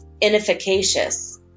inefficacious